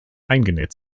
eingenäht